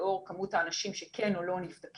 לאור כמות האנשים שכן או לא נבדקים.